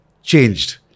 changed